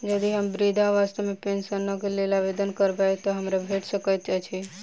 यदि हम वृद्धावस्था पेंशनक लेल आवेदन करबै तऽ हमरा भेट सकैत अछि?